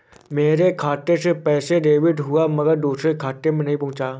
मेरे खाते से पैसा डेबिट हुआ मगर दूसरे खाते में नहीं पंहुचा